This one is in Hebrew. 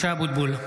(קורא בשמות חברי הכנסת) משה אבוטבול,